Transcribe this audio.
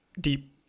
deep